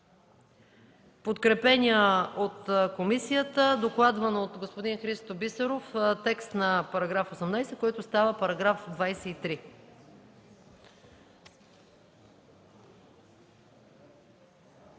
подкрепения от комисията и докладван от господин Христо Бисеров текст на § 18, който става § 23.